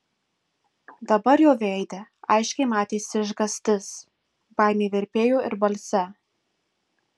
dabar jo veide aiškiai matėsi išgąstis baimė virpėjo ir balse